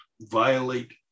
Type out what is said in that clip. violate